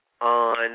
on